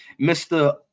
Mr